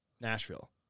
Nashville